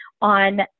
on